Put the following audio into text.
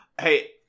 Hey